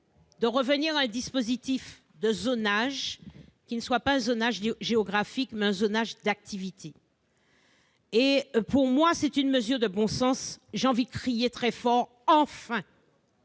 de revenir à un dispositif de zonage qui ne soit pas géographique mais d'activité. Pour moi, c'est une mesure de bon sens, et j'ai envie de crier très fort :« Enfin !»